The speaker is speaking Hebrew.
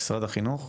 משרד החינוך.